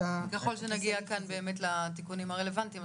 את --- ככל שנגיע כאן באמת לתיקונים הרלוונטיים,